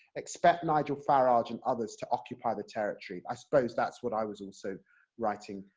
expect nigel farage and others to occupy the territory. i suppose that's what i was also writing,